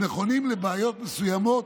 הם נכונים לבעיות מסוימות,